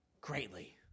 greatly